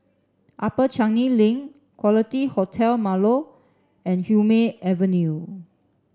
Upper Changi Link Quality Hotel Marlow and Hume Avenue